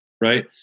right